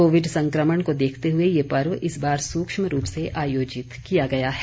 Covid संक्रमण को देखते हुए ये पर्व इस बार सूक्ष्म रूप से आयोजित किया गया है